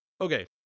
Okay